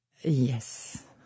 Yes